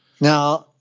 Now